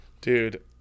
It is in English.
dude